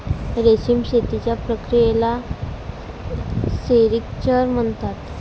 रेशीम शेतीच्या प्रक्रियेला सेरिक्चर म्हणतात